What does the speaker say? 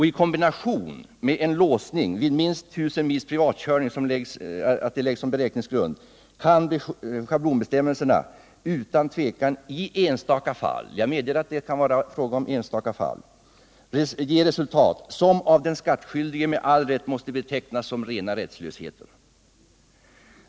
I kombination med en låsning vid 1000 mils privatkörning som lägsta beräkningsgrund kan schablonbestämmelserna utan tvivel i enstaka fall — jag medger att det kan vara fråga om enstaka fall — leda till resultat som av den skattskyldige med all rätt kan betecknas som rena rättslösheten.